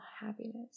happiness